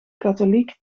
katholiek